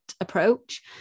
approach